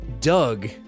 Doug